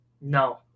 No